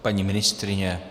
Paní ministryně?